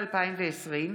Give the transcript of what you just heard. תודה.